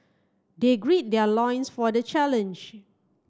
they greed their loins for the challenge